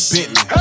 Bentley